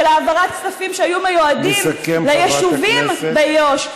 של העברת כספים שהיו מיועדים ליישובים ביו"ש,